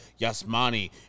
Yasmani